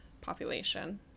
population